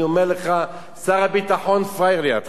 אני אומר לך, שר הביטחון פראייר לידך.